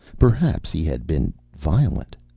perhaps he had been violent.